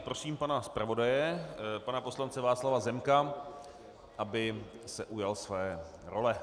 Prosím pana zpravodaje pana poslance Václava Zemka, aby se ujal své role.